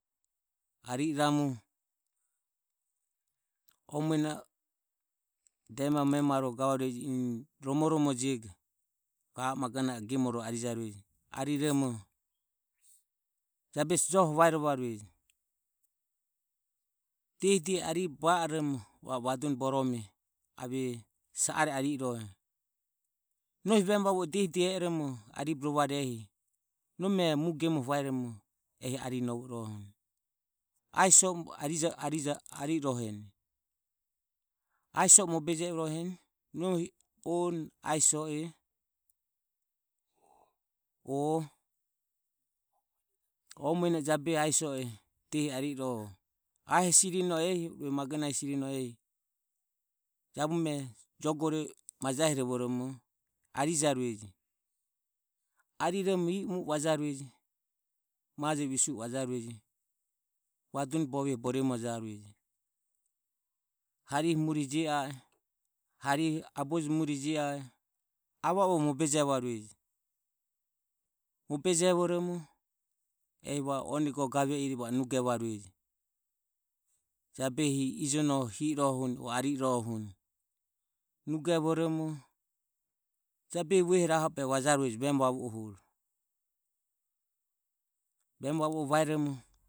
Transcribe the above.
Ari i ramu o mueno e de mae memarue eni romoromojego rueroho a o magonahe ro gemoro arijarueje ari romo jabesi joho vaerovarueje dehi dehi aribo va oromo va o vadune borome ave sa are ari irohe. nohi vemu vavue diehi diehi aeromo aribe rovade ehi nome e mu gemoho vaeromo ehi ari novo i rohe asiso e ari i rohe a siso e mobe e rohe nohi on asiso e o o mueno e jabehi asiso e dehi ari irohe a hesi rinoho ehi arue magonahe hesi rino ehi jabume jogore majahirovoromo arijarueje. Ariromo io mue e vaja rueje majo visue vajarueje vaduni bovioho boremio jarueje. Harihu murie je a e harihe. aboje murie je a e avo avoho mobejevarueje. Mobejevoromo ehi va o one ga gave ire va nugarueje. Jabehi ijono hi i rohohuni o ari i rohohuni nugevoromo jabehi vuehore aho o behe vajarueje vemu vavuohuro vaeromo.